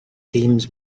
deems